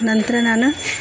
ನಂತರ ನಾನು